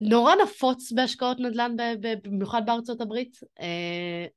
נורא נפוץ בהשקעות נדל"ן, במיוחד בארה״ב.